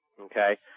okay